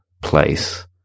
place